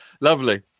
lovely